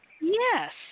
Yes